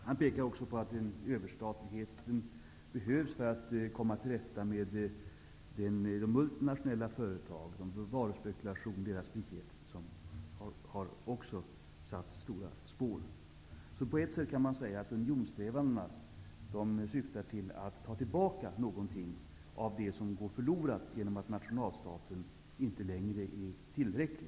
Han pekar också på att överstatligheten behövs för att komma till rätta med de multinationella företagen och deras varuspekulation och deras frihet som också har satt stora spår. På ett sätt kan man säga att unionssträvandena syftar till att ta tillbaka någonting av det som går förlorat genom att nationalstaten inte längre är tillräcklig.